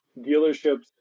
dealerships